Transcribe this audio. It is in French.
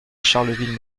charleville